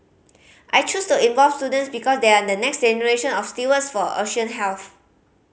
I chose to involve students because they are the next generation of stewards for ocean health